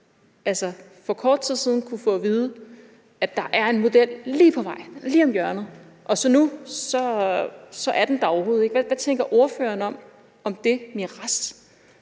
man for kort tid siden kunne få at vide, at der var en model på vej lige om hjørnet, og nu er den der så overhovedet ikke. Hvad tænker ordføreren om det morads,